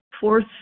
fourth